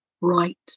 right